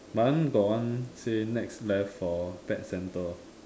mine one got one say next left for pet center